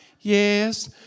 Yes